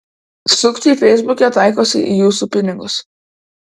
sukčiai feisbuke taikosi į jūsų pinigus